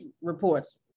reports